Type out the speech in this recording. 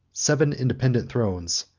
seven independent thrones,